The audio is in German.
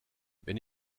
wenn